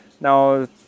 Now